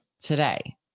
today